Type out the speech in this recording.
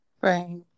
Right